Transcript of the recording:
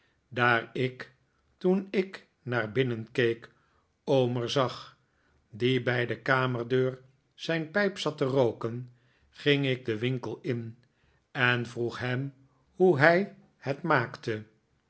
daar ik toen ik naar binnen keek omer zag die bij de kamerdeur zijn pijp zat te rooken ging ik den winkel in en vroeg hem hoe hij het maakte